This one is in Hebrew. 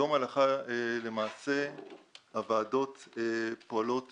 היום הלכה למעשה הוועדות פועלות